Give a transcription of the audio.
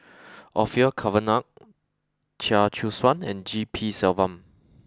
Orfeur Cavenagh Chia Choo Suan and G P Selvam